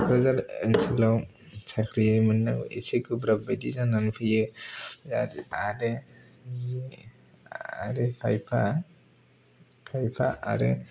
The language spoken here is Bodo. क'क्राझार ओनसोलाव साख्रि मोननो एसे गोब्राब बायदि जानानै फैयो आरो बिदिनो आरो खायफा खायफा आरो